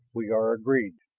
we are agreed?